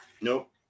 Nope